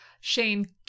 Shane